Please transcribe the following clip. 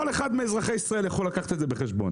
כל אחד מאזרחי ישראל יכול לקחת את זה בחשבון.